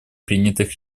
принятых